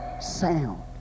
sound